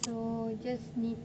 so you just need